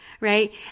right